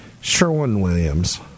Sherwin-Williams